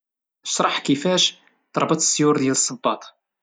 اشرح كيفاش تربط السيور.